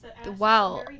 Wow